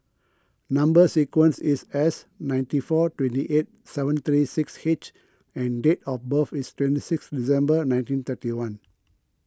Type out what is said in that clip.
Number Sequence is S ninety four twenty eight seven thirty six H and date of birth is twenty six December nineteen thirty one